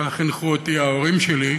כך חינכו אותי ההורים שלי,